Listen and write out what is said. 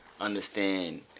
Understand